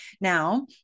now